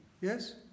yes